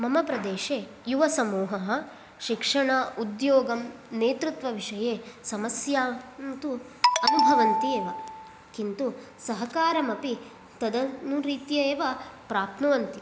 मम प्रदेशे युवसमूह शिक्षण उद्योगं नेतृत्वविषये समसस्यां तु अनुभवन्ति एव किन्तु सहकारमपि तदनुरीत्या एव प्राप्नुवन्ति